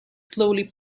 slowly